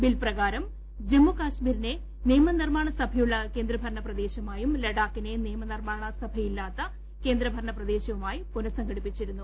bill പ്രകാരം ജമ്മുകാശ്മീരിനെ നിയമ നിർമ്മാണസഭയുള്ള കേന്ദ്രഭരണ പ്രദേശമായും ലഡാക്കിനെ നിയമനിർമ്മാണ സഭയില്ലാത്ത കേന്ദ്രഭരണ പ്രദേശവുമായും പുനഃസംഘടിപ്പിച്ചിരുന്നു